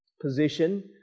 position